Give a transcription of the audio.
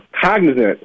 cognizant